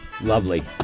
Lovely